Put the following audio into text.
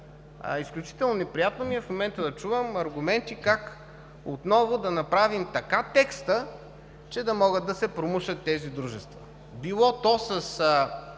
изключително неприятно ми е в момента да чувам аргументи как отново да направим така текста, че да могат да се промушат тези дружества, било то с